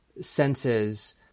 senses